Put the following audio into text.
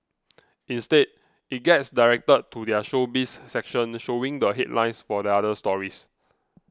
instead it gets directed to their Showbiz section showing the headlines for other stories